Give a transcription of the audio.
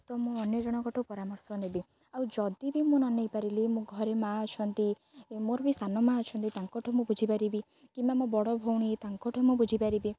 ତ ମୁଁ ଅନ୍ୟ ଜଣଙ୍କଠୁ ପରାମର୍ଶ ନେବି ଆଉ ଯଦି ବି ମୁଁ ନ ନେଇପାରିଲି ମୋ ଘରେ ମା' ଅଛନ୍ତି ମୋର ବି ସାନ ମା' ଅଛନ୍ତି ତାଙ୍କଠୁ ମୁଁ ବୁଝିପାରିବି କିମ୍ବା ମୋ ବଡ଼ ଭଉଣୀ ତାଙ୍କଠୁ ମୁଁ ବୁଝିପାରିବି